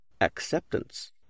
Acceptance